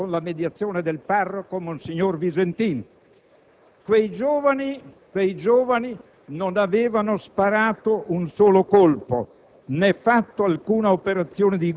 1945, con la mediazione del parroco, monsignor Visentin. Quei giovani non avevano sparato un solo colpo